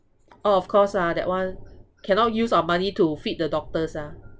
orh of course lah that one cannot use our money to feed the doctors ah